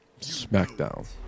Smackdown